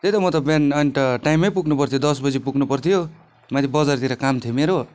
त्यही त म त बिहान अन्त टाइममै पुग्नु पर्थ्यो दसबजे पुग्नु पर्थ्यो माथि बजारतिर काम थियो मेरो